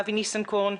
אבי ניסנקורן,